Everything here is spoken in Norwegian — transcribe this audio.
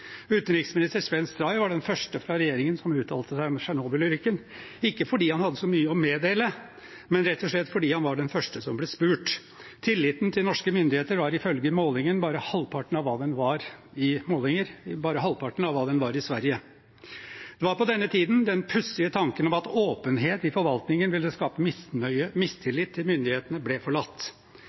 Utenriksminister Svenn Stray var den første fra regjeringen som uttalte seg om Tsjernobyl-ulykken – ikke fordi han hadde så mye å meddele, men rett og slett fordi han var den første som ble spurt. Tilliten til norske myndigheter var ifølge målinger bare halvparten av hva den var i Sverige. Det var på denne tiden den pussige tanken om at åpenhet i forvaltningen ville skape mistillit til myndighetene, ble forlatt.